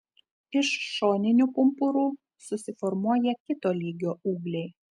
iš šoninių pumpurų susiformuoja kito lygio ūgliai